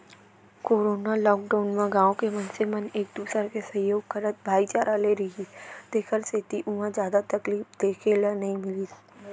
corona lockdown म गाँव के मनसे मन एक दूसर के सहयोग करत भाईचारा ले रिहिस तेखर सेती उहाँ जादा तकलीफ देखे ल नइ मिलिस